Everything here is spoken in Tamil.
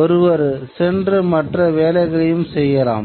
ஒருவர் சென்று மற்ற வேலைகளையும் செய்யலாம்